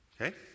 Okay